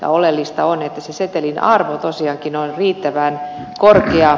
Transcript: oleellista on että setelin arvo tosiaankin on riittävän korkea